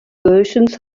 versions